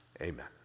Amen